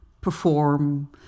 perform